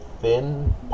thin